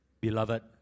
beloved